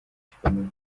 gikomeye